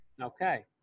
Okay